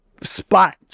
Spot